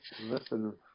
listen